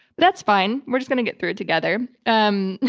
that's fine. we're just going to get through it together. um